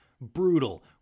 brutal